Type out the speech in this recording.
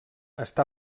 està